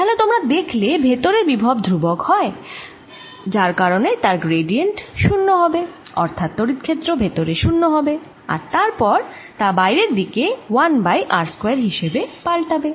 তাহলে তোমরা দেখলে ভেতরে বিভব ধ্রুবক হয় যার কারনে তার গ্র্যাডিয়েন্ট 0 হবে অর্থাৎ তড়িৎ ক্ষেত্র ভেতরে 0 হবে আর তারপর তা বাইরের দিকে 1 বাই r স্কয়ার হিসেবে পাল্টাবে